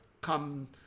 come